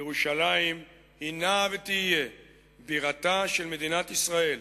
ירושלים הינה ותהיה בירתה של מדינת ישראל,